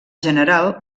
general